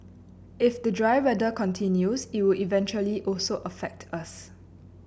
if the dry weather continues it will eventually also affect us